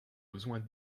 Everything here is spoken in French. besoin